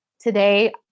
today